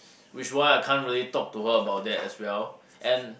which why I can't really talk to her about that as well and